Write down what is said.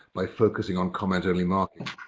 by focusing on comment only marking.